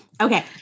Okay